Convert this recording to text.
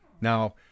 Now